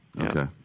Okay